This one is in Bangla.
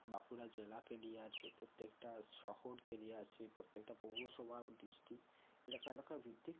বাঁকুড়া জেলাকে নিয়ে আছে প্রত্যেকটা শহরকে নিয়ে আছে প্রত্যেকটা পৌরসভা ডিস্ট্রিক্ট এলাকা এলাকাভিত্তিক